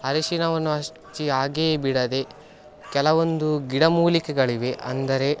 ಅರಿಶಿಣವನ್ನು ಹಚ್ಚಿ ಹಾಗೆಯೇ ಬಿಡದೇ ಕೆಲವೊಂದು ಗಿಡಮೂಲಿಕೆಗಳಿವೆ ಅಂದರೆ